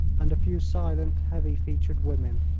and a few silent, heavy-featured women.